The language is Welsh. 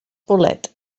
bwled